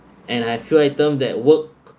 and I have few item that work